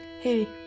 Hey